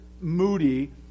moody